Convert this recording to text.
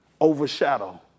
overshadow